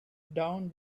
down